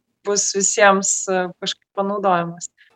bus visiems kažkaip panaudojamas